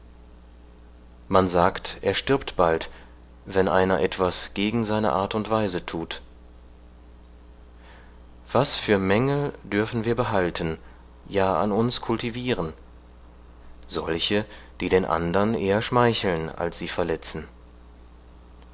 man sagt er stirbt bald wenn einer etwas gegen seine art und weise tut was für mängel dürfen wir behalten ja an uns kultivieren solche die den andern eher schmeicheln als sie verletzen